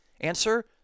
Answer